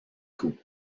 coup